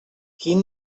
quin